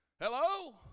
Hello